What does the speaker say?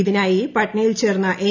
ഇതിനായി പറ്റ്നയിൽ ചേർന്ന എൻ